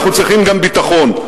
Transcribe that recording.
אנחנו צריכים גם ביטחון.